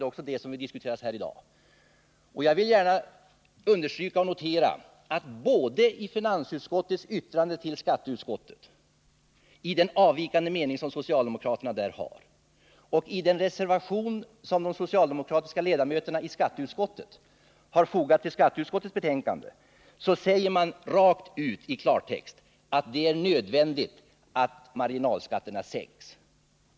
Jag vill gärna notera att både i den avvikande mening som socialdemokraterna givit till känna i samband med finansutskottets yttrande till skatteutskottet och i den reservation som de socialdemokratiska ledamöterna i skatteutskottet har fogat till skatteutskottets betänkande sägs rakt ut i klartext att det är nödvändigt att marginalskatterna sänks.